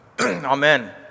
Amen